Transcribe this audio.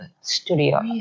studio